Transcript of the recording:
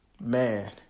Man